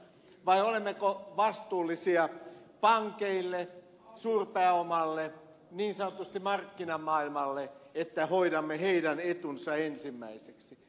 vai olemmeko vastuullisia pankeille suurpääomalle niin sanotusti markkinamaailmalle että hoidamme heidän etunsa ensimmäiseksi